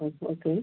ആ ഓക്കെ